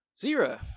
Zero